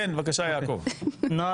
נכון,